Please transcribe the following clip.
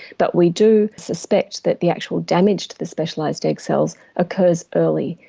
but we do suspect that the actual damage to the specialised egg cells occurs early,